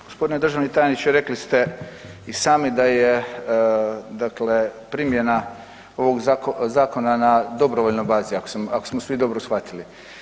G. državni tajniče, rekli ste i sami da je dakle primjena ovog zakona na dovoljnoj bazi, ako smo svi dobro shvatili.